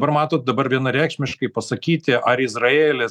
dabar matot dabar vienareikšmiškai pasakyti ar izraelis